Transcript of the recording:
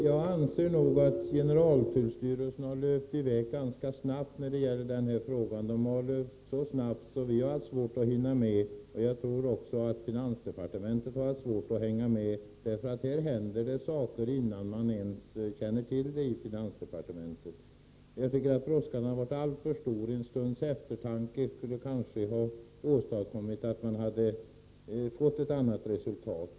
Herr talman! Jag anser att generaltullstyrelsen så att säga har löpt i väg väl snabbt i den här frågan, så snabbt att vi har haft svårt att hinna med. Jag tror att också finansdepartementet har haft svårt att hänga med. Saker händer innan ens finansdepartementet fått kännedom om vad som förevarit. Brådskan har varit alltför stor. En stunds eftertanke kunde kanske ha åstadkommit ett annat resultat.